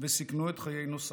וסיכנו את חיי נוסעיו.